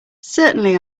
certainly